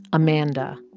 amanda.